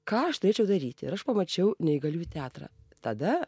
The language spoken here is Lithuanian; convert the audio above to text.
ką aš turėčiau daryti ir aš pamačiau neįgaliųjų teatrą tada